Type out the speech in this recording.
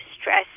stress